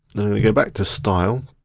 then and we go back to style.